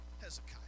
Hezekiah